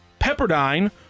Pepperdine